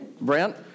Brent